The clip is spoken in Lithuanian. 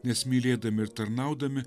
nes mylėdami ir tarnaudami